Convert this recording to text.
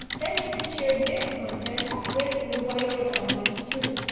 then you can share this content with a wider audience too.